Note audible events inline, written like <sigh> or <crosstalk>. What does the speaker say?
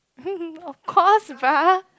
<laughs> of course bruh